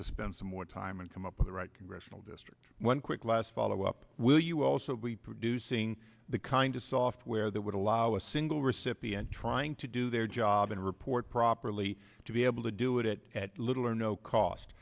to spend some more time and come up with the right congressional district one quick last follow up will you also be producing the kind of software that would allow a single recipient trying to do their job and report properly to be able to do it at little or no cost